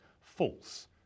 false